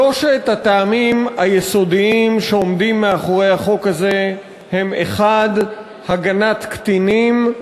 שלושת הטעמים היסודיים שעומדים מאחורי החוק הזה הם: 1. הגנת קטינים,